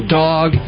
dog